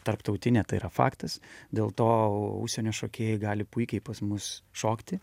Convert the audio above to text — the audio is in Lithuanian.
tarptautinė tai yra faktas dėl to užsienio šokėjai gali puikiai pas mus šokti